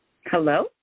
Hello